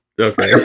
okay